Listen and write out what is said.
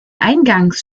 eingangs